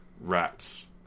rats